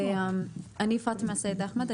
אני פאטמה סייד אחמד,